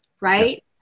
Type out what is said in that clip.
right